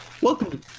Welcome